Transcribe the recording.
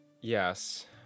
Yes